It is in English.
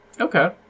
Okay